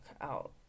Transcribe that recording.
out